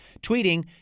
tweeting